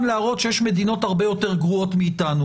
להראות שיש מדינות הרבה יותר גרועות מאתנו.